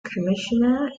commissioner